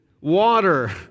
water